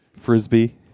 frisbee